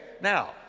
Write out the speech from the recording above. Now